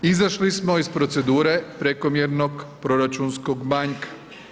Izašli smo iz procedure prekomjernog proračunskog manjka.